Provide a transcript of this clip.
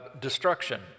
destruction